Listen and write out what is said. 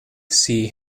sea